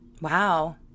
wow